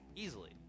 easily